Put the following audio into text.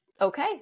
okay